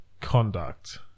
conduct